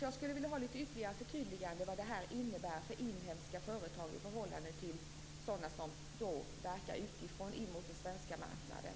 Jag skulle vilja ha ytterligare förtydliganden om vad det här innebär för inhemska företag i förhållande till sådana som verkar utifrån in mot den svenska marknaden.